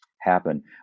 happen